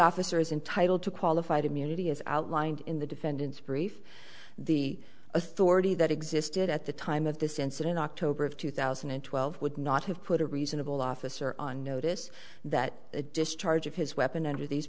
officer is entitled to qualified immunity as outlined in the defendant's brief the authority that existed at the time of this incident october of two thousand and twelve would not have put a reasonable officer on notice that the discharge of his weapon under these